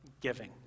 Giving